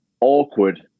awkward